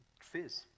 fizz